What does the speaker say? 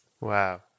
Wow